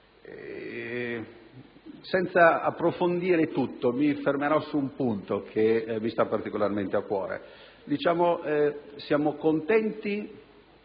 Senza approfondire ogni aspetto, mi fermerò su un punto che mi sta particolarmente a cuore: siamo contenti